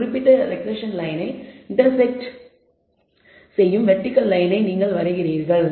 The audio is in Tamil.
இந்த குறிப்பிட்ட ரெக்ரெஸ்ஸன் லயனை இன்டர்செக்ட் செய்யும் வெர்டிகல் லயனை நீங்கள் வரைகிறீர்கள்